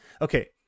okay